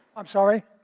i'm sorry.